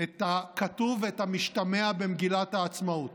את הכתוב ואת המשתמע במגילת העצמאות: